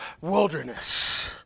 wilderness